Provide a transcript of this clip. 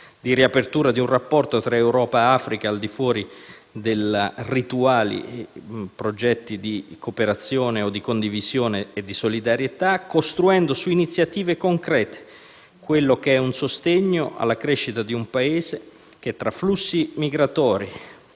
di riapertura di un rapporto tra Europa ed Africa, al di fuori dei rituali progetti di cooperazione o di condivisione e di solidarietà, costruendo su iniziative concrete un sostegno alla crescita di un Paese che, tra flussi migratori,